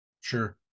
Sure